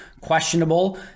Questionable